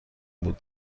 بود